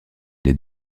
les